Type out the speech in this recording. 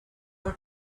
your